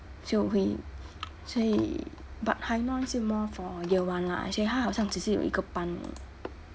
所以我会所以 but hai noi 是 more for year one lah 所以他好像只是有一个班